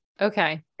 Okay